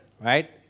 right